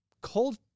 cold